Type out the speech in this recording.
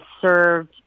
served